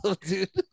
dude